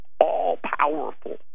all-powerful